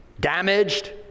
damaged